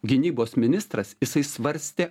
gynybos ministras jisai svarstė